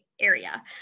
area